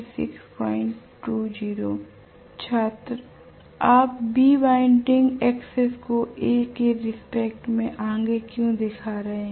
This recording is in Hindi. छात्र आप B बाइंडिंग एक्सेस को A के रिस्पेक्ट में आगे क्यों दिखा रहे हैं